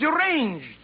deranged